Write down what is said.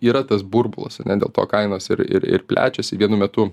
yra tas burbulas ane dėl to kainos ir ir ir plečiasi vienu metu